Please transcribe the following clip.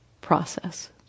process